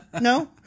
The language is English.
no